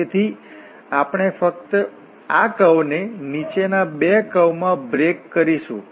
તેથી આપણે ફક્ત આ કર્વ ને નીચેના બે કર્વ માં બ્રેક કરીશું